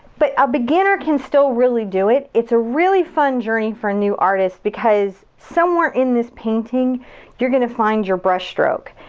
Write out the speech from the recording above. but a beginner can still really do it. it's a really fun journey for a new artist because somewhere in this painting you're gonna find your brush stroke,